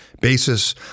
basis